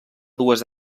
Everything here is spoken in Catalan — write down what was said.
dues